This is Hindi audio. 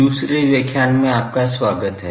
दूसरे व्याख्यान में आपका स्वागत है